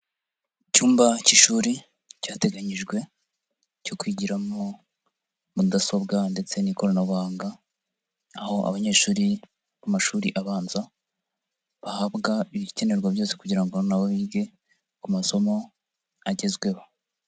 Icyumba cy'ishuri cyateganyijwe, cyo kwigiramo mudasobwa ndetse n'ikoranabuhanga, aho abanyeshuri bo mu mashuri abanza, bahabwa ibikenerwa byose kugira ngo na bo bige ku masomo agezweho.